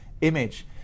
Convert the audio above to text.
image